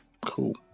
Cool